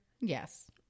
yes